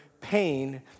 pain